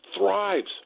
thrives